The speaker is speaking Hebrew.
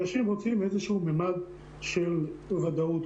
אנשים רוצים איזשהו ממד של ודאות,